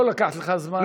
לא לקחתי לך זמן.